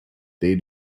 they